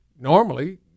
normally